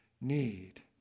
need